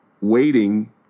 waiting